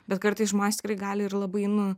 bet kartais žmonės tikrai gali ir labai nu